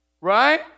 Right